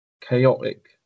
chaotic